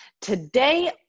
Today